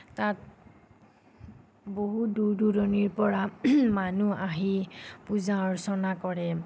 তাত বহু দূৰ দূৰণিৰ পৰা মানুহ আহি পূজা অৰ্চনা কৰে